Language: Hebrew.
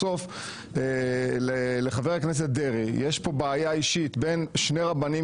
בסוף לחבר הכנסת דרעי יש בעיה אישית בין שני רבנים